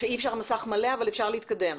שאי אפשר מסך מלא, אבל אפשר להתקדם.